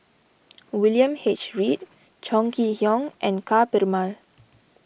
William H Read Chong Kee Hiong and Ka Perumal